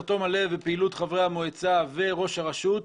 תום הלב ופעילות חברי המועצה וראש הרשות,